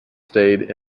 stayed